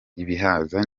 ibihaza